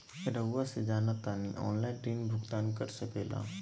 रहुआ से जाना तानी ऑनलाइन ऋण भुगतान कर सके ला?